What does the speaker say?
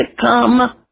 come